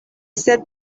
said